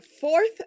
fourth